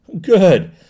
Good